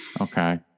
Okay